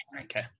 okay